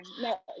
No